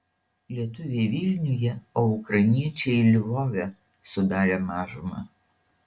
lietuviai vilniuje o ukrainiečiai lvove sudarė mažumą